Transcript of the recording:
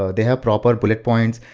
ah they have proper bullet points,